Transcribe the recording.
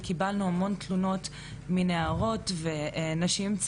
זה אפילו לא בסיטואציות שאמורות להיות כביכול בעייתיות,